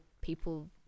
people